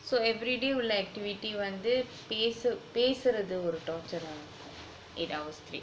so everyday உள்ள:ulla activity வந்து பேசு பேசுறது ஒரு:vanthu pesu pesurathu oru torture ah இருக்கும்:irukkum eight hours straight